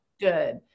good